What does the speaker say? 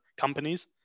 companies